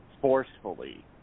forcefully